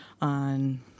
on